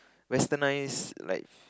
westernised like